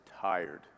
tired